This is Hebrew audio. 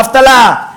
אבטלה,